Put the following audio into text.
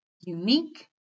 unique